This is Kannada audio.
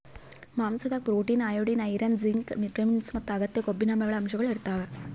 ಮಾಂಸಾದಾಗ್ protein, iodine, iron, zinc, vitamins ಮತ್ತ್ ಅಗತ್ಯ ಕೊಬ್ಬಿನಾಮ್ಲಗಳ್ ಅಂಶಗಳ್ ಇರ್ತವ್